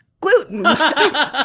gluten